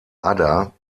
ada